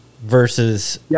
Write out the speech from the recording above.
versus